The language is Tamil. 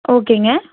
ஓகேங்க